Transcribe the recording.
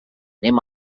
anem